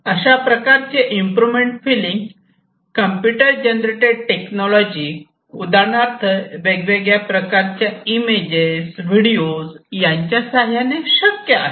अशा प्रकारचे improvement filling computer generated technology उदाहरणार्थ वेगवेगळ्या प्रकारच्या इमेजेस व्हिडिओज यांच्या सहाय्याने शक्य आहे